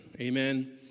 Amen